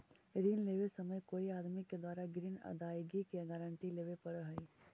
ऋण लेवे समय कोई आदमी के द्वारा ग्रीन अदायगी के गारंटी लेवे पड़ऽ हई